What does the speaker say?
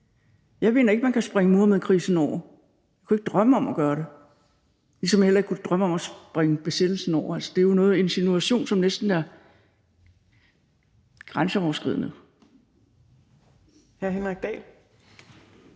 Jeg mener ikke, man kan springe Muhammedkrisen over. Jeg kunne ikke drømme om at gøre det, ligesom jeg heller ikke kunne drømme om at springe besættelsen over, så det er jo en insinuation, som næsten er grænseoverskridende. Kl.